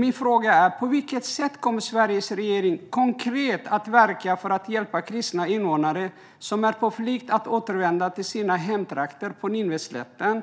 Mina frågor är: På vilket sätt kommer Sveriges regering konkret att verka för att hjälpa kristna invånare som är på flykt att återvända till sina hemtrakter på Nineveslätten?